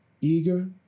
eager